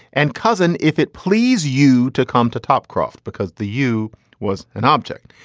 and cousin, if it please you to come to top croft because the u was an object.